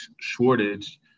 shortage